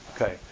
Okay